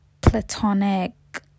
platonic